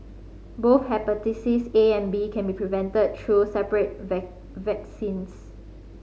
both hepatitis A and B can be prevented through separate vaccines